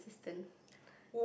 assistant